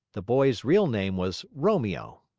the boy's real name was romeo,